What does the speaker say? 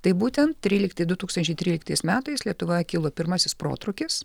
tai būtent trylikti du tūkstančiai tryliktais metais lietuvoje kilo pirmasis protrūkis